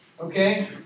okay